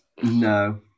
No